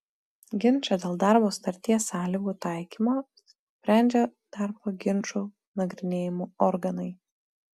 ginčą dėl darbo sutarties sąlygų taikymo sprendžia darbo ginčų nagrinėjimo organai